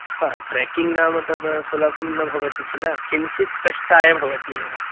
हा ट्रेकिङ्ग् नाम तद् सुलभं न भवति खिल किञ्चित् कष्टाय भवति एव